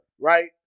Right